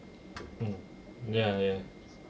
mm ya ya